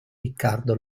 riccardo